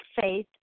faith